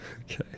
Okay